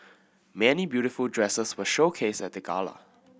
many beautiful dresses were showcased at the gala